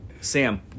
Sam